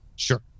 Sure